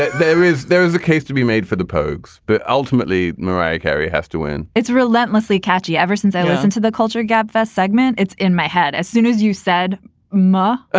there is there is a case to be made for the pogues, but ultimately, mariah carey has to win it's a relentlessly catchy ever since i listened to the culture gabfest segment. it's in my head as soon as you said ma ah